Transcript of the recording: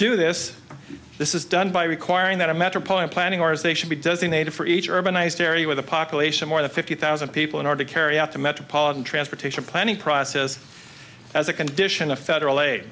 do this this is done by requiring that a metropolitan planning or as they should be designated for each urbanized area with a population more than fifty thousand people in order to carry out the metropolitan transportation planning process as a condition of federal aid